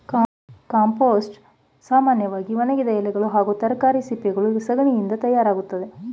compost ಸಾಮನ್ಯವಾಗಿ ಒಣಗಿದ ಎಲೆಗಳು ಹಾಗೂ ತರಕಾರಿ ಸಿಪ್ಪೆಗಳು ಸಗಣಿಯಿಂದ ತಯಾರಾಗ್ತದೆ